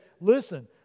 listen